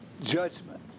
judgment